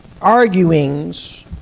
arguings